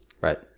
Right